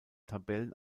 tabellen